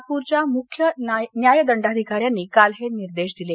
नागपूरच्या मुख्य न्यायदंडाधिकाऱ्यांनी काल हे निर्देश दिले